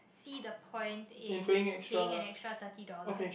see the point in paying an extra thirty dollar